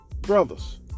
brothers